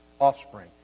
offspring